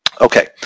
Okay